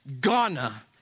Ghana